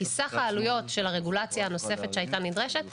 סך העלויות של הרגולציה הנוספת שהייתה נדרשת היא